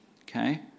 Okay